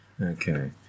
okay